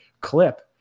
clip